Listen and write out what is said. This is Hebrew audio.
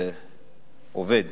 הוא עובד.